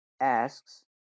asks